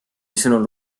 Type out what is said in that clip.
sõnul